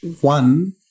One